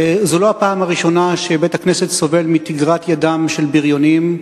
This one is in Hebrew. וזו לא הפעם הראשונה שבית-הכנסת סובל מידם של בריונים.